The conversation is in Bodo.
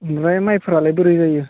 ओमफ्राय माइफोरालाय बोरै जायो